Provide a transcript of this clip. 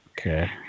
Okay